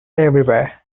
everywhere